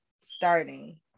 starting